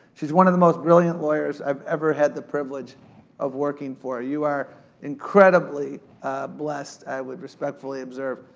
she's one of the most brilliant lawyers i've ever had the privilege of working for. you are incredibly blessed, i would respectfully observe,